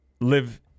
live